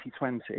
2020